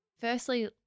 Firstly